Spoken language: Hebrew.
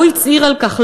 הוא הצהיר על כך,